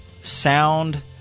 sound